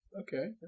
Okay